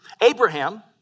Abraham